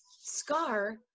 scar